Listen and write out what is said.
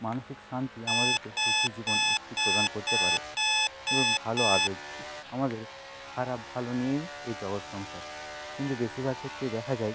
মানসিক শান্তি আমাদেরকে সুখী জীবন একটি প্রদান করতে পারে এবং ভালো আবেগ আমাদের খারাপ ভালো নিয়েই এই জগৎ সংসার কিন্তু বেশিরভাগ ক্ষেত্রেই দেখা যায়